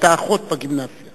היתה אחות בגימנסיה